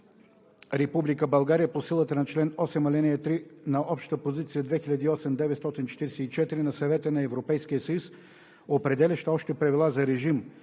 Република България по силата на чл. 8, ал. 3 на Обща Позиция 2008/944 на Съвета на Европейския съюз, определяща общи правила за режим